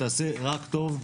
שתעשה רק טוב.